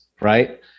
Right